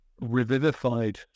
revivified